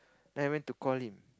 then I went to call him